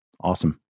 Awesome